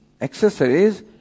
accessories